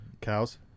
cows